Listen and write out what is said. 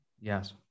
Yes